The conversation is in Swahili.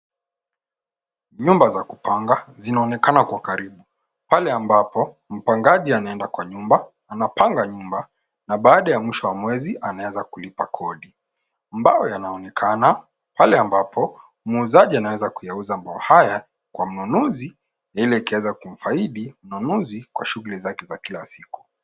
Nyumba za kupanga zinaonekana kwa karibu. Pale ambapo mpangaji anaenda kwa nyumba, anapanga nyumba na baada ya mwisho wa mwezi anaweza kulipa kodi ambayo yanaonekana pale ambapo muuzaji anaweza kuyauza manyumba haya kwa mnunuzi ili kuweza kumfaidi mnunuzi kwa shughuli zake za kila siku.